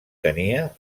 tenia